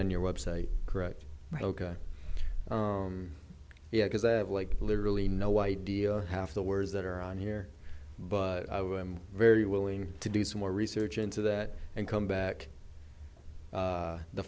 on your website correct right ok yeah because i have like literally no idea half the words that are on here but i was very willing to do some more research into that and come back